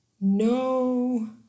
no